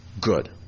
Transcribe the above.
good